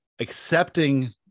accepting